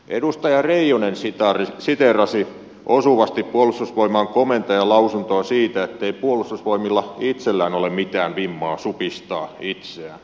edustaja reijonen siteerasi osuvasti puolustusvoimain komentajan lausuntoa siitä ettei puolustusvoimilla itsellään ole mitään vimmaa supistaa itseään